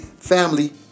family